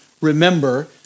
remember